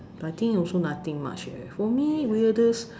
I think also nothing much leh for me weirdest